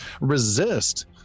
resist